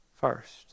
first